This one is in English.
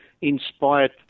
inspired